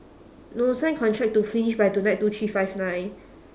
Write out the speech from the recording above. no sign contract to finish by tonight two three five nine